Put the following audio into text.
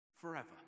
forever